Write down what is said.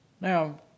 Now